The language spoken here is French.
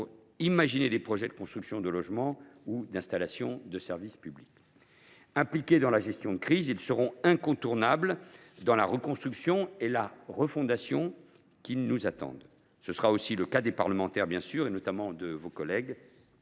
imaginer des projets de construction de logements ou d’installation de services publics est remarquable. Impliqués dans la gestion de crise, les élus seront incontournables dans la reconstruction et la refondation qui nous attendent. C’est aussi le cas des parlementaires, en particulier de Mme et M. les